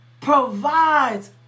provides